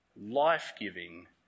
life-giving